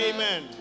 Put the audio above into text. Amen